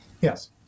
yes